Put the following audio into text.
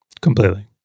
Completely